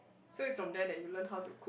so it's from there you learn how to